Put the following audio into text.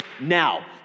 now